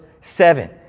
seven